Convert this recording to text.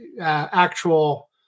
actual